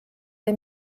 või